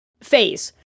phase